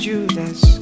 Judas